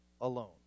alone